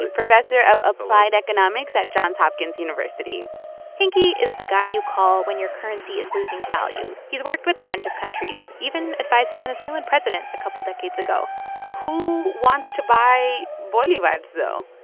professor of applied economics at johns hopkins university hanke is the guy you call when your currency is losing value. he's worked with a bunch of countries, even advised the venezuelan president a couple decades ago who wants to buy bolivares, though?